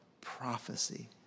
prophecy